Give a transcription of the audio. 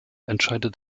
entscheidet